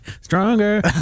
Stronger